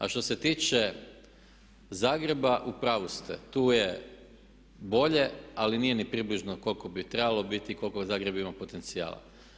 A što se tiče Zagreba u pravu ste, tu je bolje, ali nije ni približno koliko bi trebalo biti i koliko Zagreb ima potencijala.